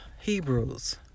Hebrews